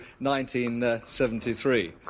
1973